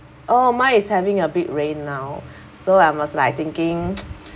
oh mine is having a big rain now so I must like thinking